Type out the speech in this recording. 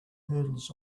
hurdles